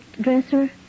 dresser